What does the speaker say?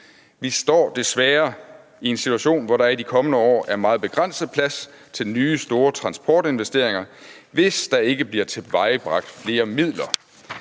Vi står desværre i en situation, hvor der i de kommende år er meget begrænset plads til nye store transportinvesteringer, hvis der ikke bliver tilvejebragt flere midler.